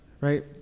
right